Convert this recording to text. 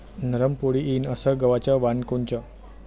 नरम पोळी येईन अस गवाचं वान कोनचं?